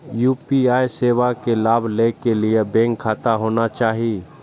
UPI सेवा के लाभ लै के लिए बैंक खाता होना चाहि?